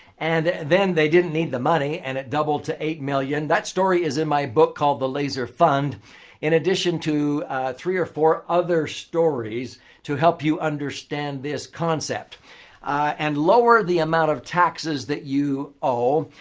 and then they didn't need the money and it doubled to eight million. that story is in my book called the laser fund in addition to three or four other stories to help you understand this concept and lower the amount of taxes that you owe.